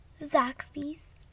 zaxby's